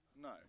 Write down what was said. No